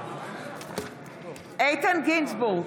איתן גינזבורג,